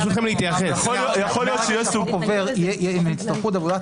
יכול להיות שיש סוג עובר --- יהיה עם הצטרפות עבודת